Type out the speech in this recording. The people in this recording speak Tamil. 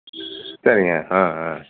சரிங்க ஆ ஆ